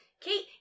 Kate